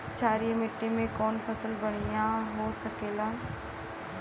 क्षारीय मिट्टी में कौन फसल बढ़ियां हो खेला?